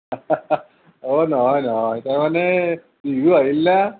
অঁ নহয় নহয় তাৰ মানে বিহু আহিল না